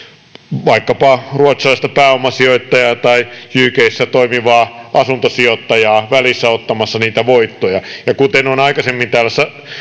vaikkapa ruotsalaista pääomasijoittajaa tai ukssa toimivaa asuntosijoittajaa ottamassa niitä voittoja ja kuten aikaisemmin täällä